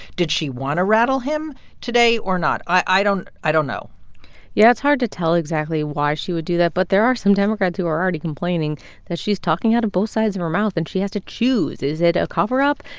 did she want to rattle him today or not? i don't i don't know yeah. it's hard to tell exactly why she would do that. but there are some democrats who are already complaining that she's talking out of both sides of her mouth, and she has to choose. is it a cover-up?